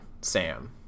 Sam